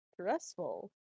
stressful